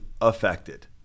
affected